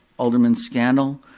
alderman scannell.